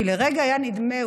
כי לרגע היה נדמה,